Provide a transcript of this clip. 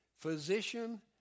physician